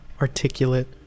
articulate